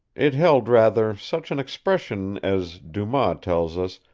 it held rather such an expression as, dumas tells us,